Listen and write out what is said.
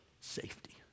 safety